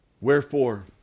wherefore